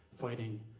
fighting